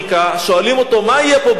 שואלים אותו: מה יהיה פה בעוד שנה?